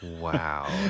Wow